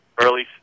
early